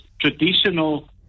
traditional